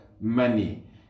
money